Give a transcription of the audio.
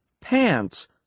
pants